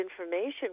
information